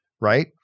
right